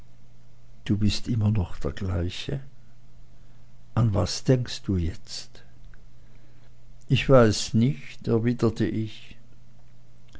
du bist immer noch der gleiche an was denkst du jetzt ich weiß nicht erwiderte ich